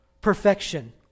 perfection